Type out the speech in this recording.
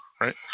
right